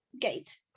gate